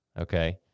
okay